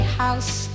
house